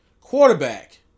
quarterback